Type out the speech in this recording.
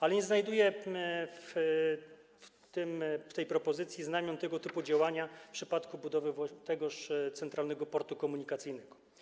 Ale nie znajduję w tej propozycji znamion tego typu działania w przypadku budowy tegoż Centralnego Portu Komunikacyjnego.